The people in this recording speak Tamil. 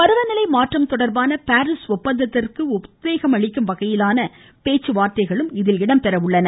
பருவநிலை மாற்றம் தொடர்பான பாரீஸ் ஒப்பந்தத்திற்கு உத்வேகம் அளிக்கும் வகையிலான பேச்சுவார்த்தைகள் இதில் இடம்பெற உள்ளன